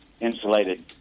insulated